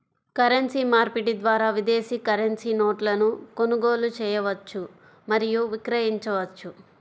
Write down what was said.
currency మార్పిడి ద్వారా విదేశీ కరెన్సీ నోట్లను కొనుగోలు చేయవచ్చు మరియు విక్రయించవచ్చు